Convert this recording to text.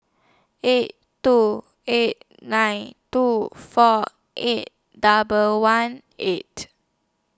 eight two eight nine two four eight double one eight